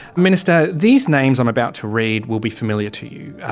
minister, these names i'm about to read will be familiar to you.